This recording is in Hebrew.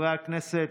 חברי הכנסת,